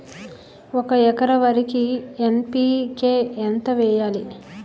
ఒక ఎకర వరికి ఎన్.పి.కే ఎంత వేయాలి?